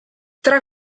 tra